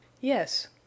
Yes